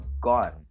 gone